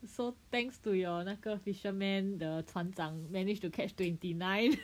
so thanks to your 那个 fisherman 的船长 managed to catch twenty nine